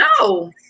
no